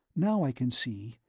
now i can see,